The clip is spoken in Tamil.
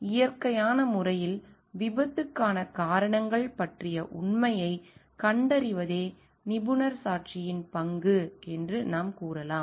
எனவே இயற்கையான முறையில் விபத்துக்கான காரணங்கள் பற்றிய உண்மையைக் கண்டறிவதே நிபுணர் சாட்சியின் பங்கு என்று நாம் கூறலாம்